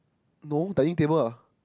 no dining table ah